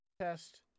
Test